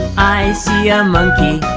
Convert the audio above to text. i see um ah